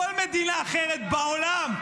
בכל מדינה אחרת בעולם,